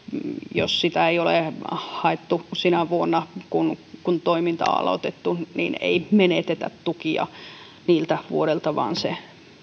jos sitä ei ole haettu sinä vuonna kun kun toiminta on aloitettu ei menetetä tukia niiltä vuosilta vaan se